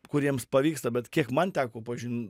kuriems pavyksta bet kiek man teko pažint